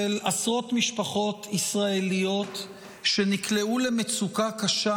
עשרות משפחות ישראליות שנקלעו למצוקה קשה,